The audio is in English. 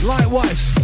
Likewise